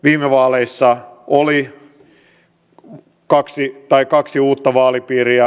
viime vaaleissa oli kaksi uutta vaalipiiriä